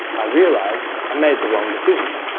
i realise i made the wrong decision.